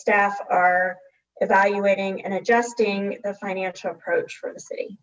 staff are evaluating and adjusting the financial approach for the city